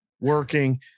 working